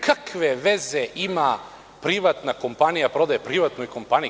Kakve veze ima privatna kompanija prodaje privatnoj kompaniji.